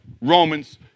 Romans